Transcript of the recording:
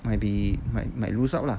might be might might lose out lah